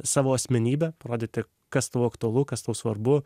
savo asmenybę parodyti kas tau aktualu kas tau svarbu